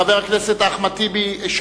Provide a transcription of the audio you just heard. חבר הכנסת אחמד טיבי,